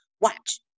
watch